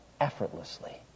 Effortlessly